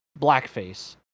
blackface